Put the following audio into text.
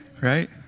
Right